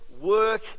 work